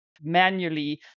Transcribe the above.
manually